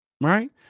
right